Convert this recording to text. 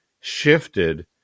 shifted